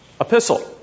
epistle